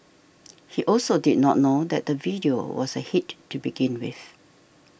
he also did not know that the video was a hit to begin with